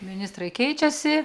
ministrai keičiasi